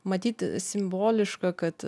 matyt simboliška kad